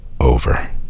over